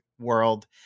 world